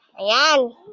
Ayan